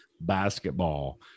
basketball